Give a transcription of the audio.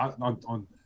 on